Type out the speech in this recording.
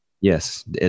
Yes